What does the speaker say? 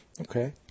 Okay